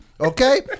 Okay